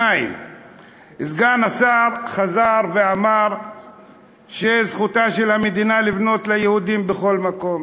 2. סגן השר חזר ואמר שזכותה של המדינה לבנות ליהודים בכל מקום.